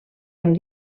amb